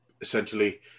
essentially